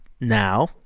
now